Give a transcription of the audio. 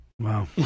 Wow